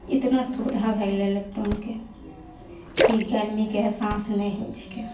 इतना सुबिधा भए गेलै इलेक्ट्रोनके कि गर्मीके एहसास नहि होइ छिकै